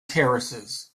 terraces